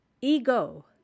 ego